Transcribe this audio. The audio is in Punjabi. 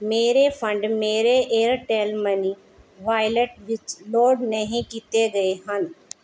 ਮੇਰੇ ਫੰਡ ਮੇਰੇ ਏਅਰਟੈੱਲ ਮਨੀ ਵਾਲਿਟ ਵਿੱਚ ਲੋਡ ਨਹੀਂ ਕੀਤੇ ਗਏ ਹਨ